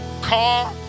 car